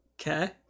Okay